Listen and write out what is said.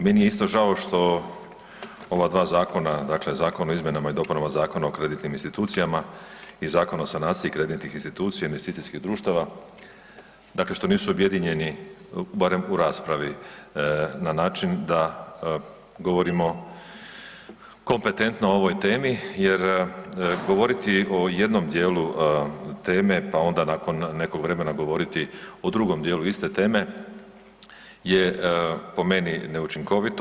Meni je isto žao što ova dva zakona, dakle Zakon o izmjenama i dopunama Zakona o kreditnim institucijama i Zakon o sanaciji kreditnih institucija, investicijskih društava, dakle što nisu objedinjeni, barem u raspravi, na način da govorimo kompetentno o ovoj temi jer govoriti o jednom dijelu teme pa onda nakon nekog vremena govoriti o drugom dijelu iste teme je po meni neučinkovito.